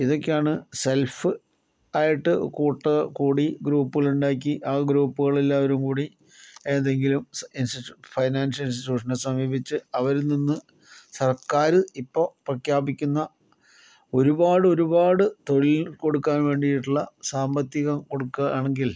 ഇതൊക്കെയാണ് സെൽഫ് ആയിട്ട് കൂട്ടം കൂടി ഗ്രൂപ്പുകള് ഉണ്ടാക്കി ആ ഗ്രൂപ്പുകളിൽ എല്ലാവരും കൂടി എന്തെങ്കിലും ഇൻസ്റ്റിറ്റ്യൂഷൻ ഫൈനാൻഷ്യൽ ഇൻസ്റ്റിറ്റ്യൂഷനെ സമീപിച്ച് അവരിൽ നിന്ന് സർക്കാര് ഇപ്പോൾ പ്രഖ്യാപിക്കുന്ന ഒരുപാട് ഒരുപാട് തൊഴിൽ കൊടുക്കാൻ വേണ്ടിയിട്ടുള്ള സാമ്പത്തികം കൊടുക്കുക ആണെങ്കിൽ